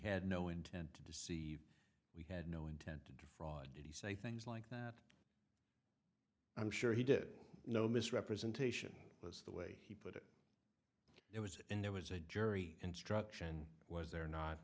had no intent to deceive we had no intent to defraud did he say things like that i'm sure he did no misrepresentation was the way he put it was in there was a jury instruction was there not